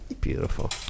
beautiful